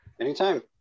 Anytime